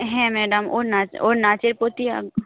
হ্যাঁ ম্যাডাম ওর নাচ ওর নাচের প্রতি আগ